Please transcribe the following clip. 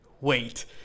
wait